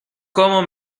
cómo